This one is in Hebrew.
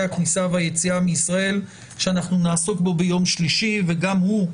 הכניסה והיציאה מישראל שאנחנו נעסוק בו ביום שלישי וגם הוא,